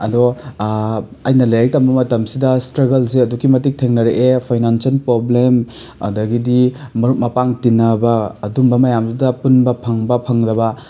ꯑꯗꯣ ꯑꯩꯅ ꯂꯥꯏꯔꯤꯛ ꯇꯝꯕ ꯃꯇꯝꯁꯤꯗ ꯏꯁꯇ꯭ꯔꯒꯜꯁꯦ ꯑꯗꯨꯛꯀꯤ ꯃꯇꯤꯛ ꯊꯦꯡꯅꯔꯛꯑꯦ ꯐꯥꯏꯅꯥꯟꯁꯤꯌꯦꯜ ꯄ꯭ꯔꯣꯕ꯭ꯂꯦꯝ ꯑꯗꯒꯤꯗꯤ ꯃꯔꯨꯞ ꯃꯄꯥꯡ ꯇꯤꯟꯅꯕ ꯑꯗꯨꯝꯕ ꯃꯌꯥꯝꯗꯨꯗ ꯄꯨꯟꯕ ꯐꯪꯕ ꯐꯪꯗꯕ